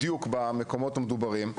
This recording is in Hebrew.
בדיוק במקומות המדוברים.